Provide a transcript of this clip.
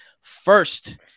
First